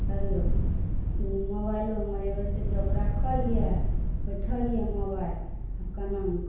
hello मोबाइलो हमर हेबे स्विच ऑफ राखल अइ बैठल अइ मोबाइल आ काजो नहि करैए